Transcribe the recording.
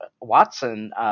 Watson